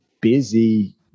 busy